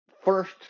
first